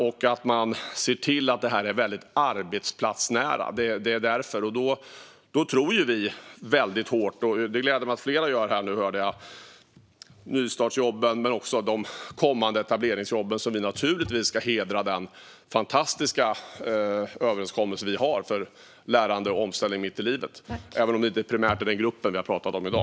Därför tror vi, med flera gläder det mig att höra, på nystartsjobben och de kommande etableringsjobben. Vi ska givetvis också hedra den fantastiska överenskommelsen om lärande och omställning mitt i livet - även om det inte primärt är denna grupp vi pratar om i dag.